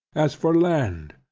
as for land.